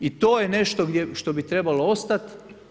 I to je nešto što bi trebalo ostati.